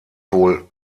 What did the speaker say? wohl